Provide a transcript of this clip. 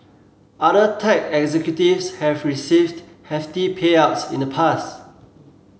other tech executives have received hefty payouts in the past